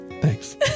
thanks